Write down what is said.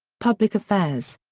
publicaffairs.